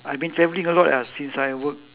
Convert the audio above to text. I've been travelling a lot ah since I work